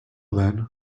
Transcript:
then